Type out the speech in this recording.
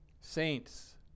Saints